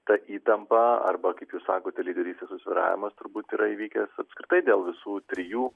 ta įtampa arba kaip jūs sakote lyderystės susvyravimas turbūt yra įvykęs apskritai dėl visų trijų